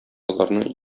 аларның